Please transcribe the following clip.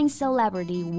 celebrity